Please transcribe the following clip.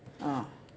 ah